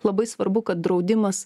labai svarbu kad draudimas